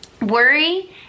Worry